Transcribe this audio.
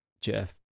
Jeff